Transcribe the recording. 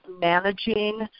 managing